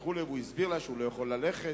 הוא הסביר לה שהוא לא יכול לנסוע.